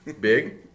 big